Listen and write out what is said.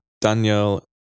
Daniel